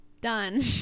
done